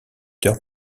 heures